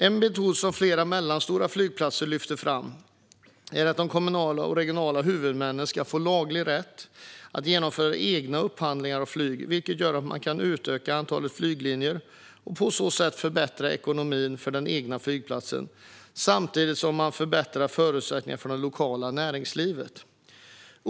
En metod som flera mellanstora flygplatser lyfter fram är att de kommunala och regionala huvudmännen ska få laglig rätt att genomföra egna upphandlingar av flyg, vilket gör att man kan utöka antalet flyglinjer och på så sätt förbättra ekonomin för den egna flygplatsen samtidigt som man förbättrar förutsättningarna för det lokala näringslivet.